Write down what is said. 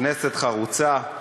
כנסת חרוצה,